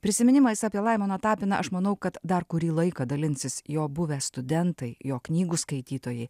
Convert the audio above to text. prisiminimais apie laimoną tapiną aš manau kad dar kurį laiką dalinsis jo buvę studentai jo knygų skaitytojai